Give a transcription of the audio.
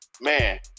man